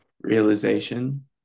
realization